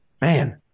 Man